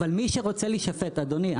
אדוני,